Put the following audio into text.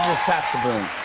sax-a-boom.